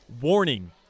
warning